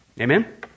Amen